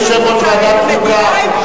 יושב-ראש ועדת חוקה,